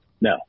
No